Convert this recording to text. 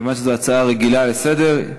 כיוון שזו הצעה רגילה לסדר,